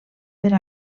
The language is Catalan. per